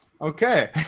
Okay